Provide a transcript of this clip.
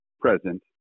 present